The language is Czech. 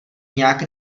nějak